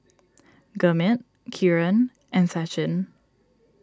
Gurmeet Kiran and Sachin